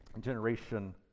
generation